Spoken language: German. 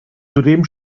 zudem